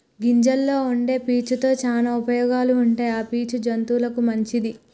గింజల్లో వుండే పీచు తో శానా ఉపయోగాలు ఉంటాయి ఆ పీచు జంతువులకు మంచిది